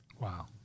Wow